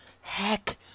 Heck